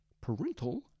parental